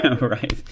Right